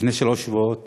לפני שלושה שבועות